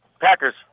Packers